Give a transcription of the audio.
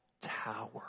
tower